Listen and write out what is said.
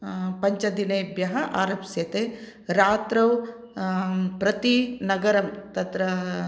पञ्चदिनेभ्यः आरप्स्यते रात्रौ प्रतिनगरं तत्र